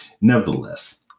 nevertheless